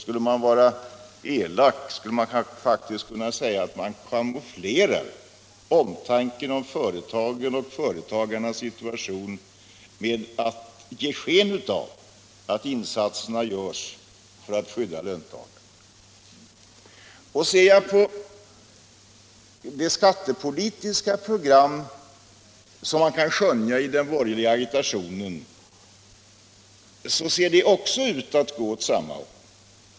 Skulle man vara elak, kunde man faktiskt säga att omtanken om företagen och företagarnas situation kamoufleras med ett sken av att insatserna görs för att skydda löntagarna. Också det skattepolitiska program som man kan skönja i den borgerliga agitationen ser ut att gå åt samma håll.